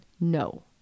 no